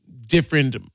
different